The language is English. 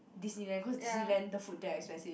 Disneyland cause Disneyland the food there expensive